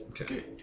Okay